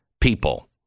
people